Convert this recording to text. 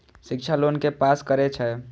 शिक्षा लोन के पास करें छै?